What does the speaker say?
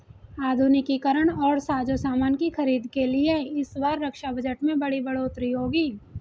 आधुनिकीकरण और साजोसामान की खरीद के लिए इस बार रक्षा बजट में बड़ी बढ़ोतरी होगी